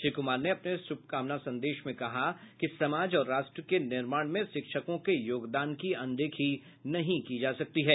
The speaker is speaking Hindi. श्री कुमार ने अपने शुभकामना संदेश में कहा कि समाज और राष्ट्र के निर्माण में शिक्षकों के योगदान की अनदेखी नहीं की जा सकती है